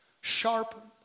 Sharp